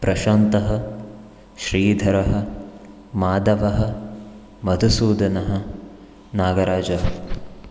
प्रशान्तः श्रीधरः माधवः मधुसूदनः नागराजः